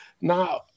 Now